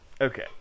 Okay